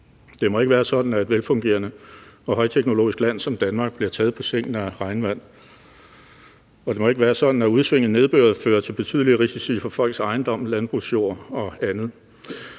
Det må ikke være sådan, at et velfungerende og højteknologisk land som Danmark bliver taget på sengen af regnvand, og det må ikke være sådan, at udsving i nedbøren fører til betydelige risici for folks ejendom, landbrugsjord og andet.